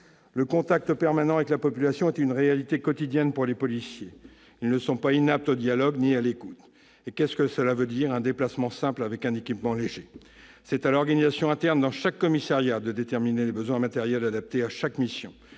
Le contact permanent avec la population est une réalité quotidienne pour les policiers. Ceux-ci ne sont pas inaptes au dialogue ni à l'écoute ! Et que signifient « un déplacement simple »,« un équipement léger »? C'est à l'organisation interne dans chaque commissariat de déterminer les besoins matériels adaptés à chaque mission.